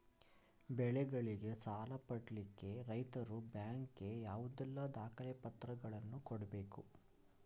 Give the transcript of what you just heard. ಬೆಳೆಗಳಿಗೆ ಸಾಲ ಪಡಿಲಿಕ್ಕೆ ರೈತರು ಬ್ಯಾಂಕ್ ಗೆ ಯಾವುದೆಲ್ಲ ದಾಖಲೆಪತ್ರಗಳನ್ನು ಕೊಡ್ಬೇಕು?